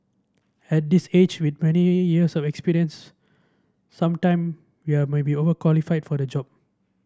at this age with many years of experience some time we are maybe overqualified for the job